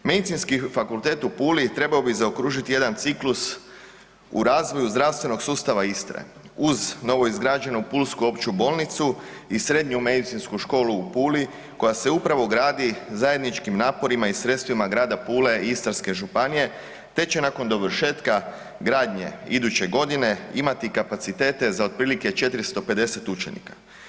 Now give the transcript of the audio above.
Medicinski fakultet u Puli trebao bi zaokružiti jedan ciklus u razvoju zdravstvenog sustava Istre uz novoizgrađenu pulsku opću bolnicu i Srednju medicinsku školu u Puli koja se upravo gradi zajedničkim naporima i sredstvima grada Pule i Istarske županije, te će nakon dovršetka gradnje iduće godine imati kapacitete za otprilike 450 učenika.